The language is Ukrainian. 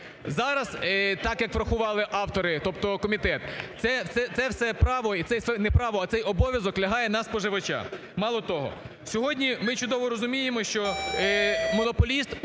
Зараз так, як врахували автори, тобто комітет, це все право… це не право, а цей обов'язок лягає на споживача. Мало того, сьогодні ми чудово розуміємо, що монополіст